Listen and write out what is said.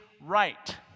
right